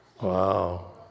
Wow